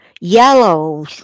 yellow